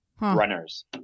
runners